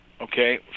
okay